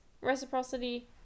Reciprocity